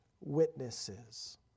witnesses